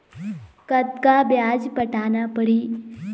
कतका ब्याज पटाना पड़ही?